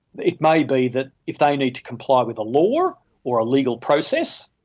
it may be that if they need to comply with the law or or a legal process,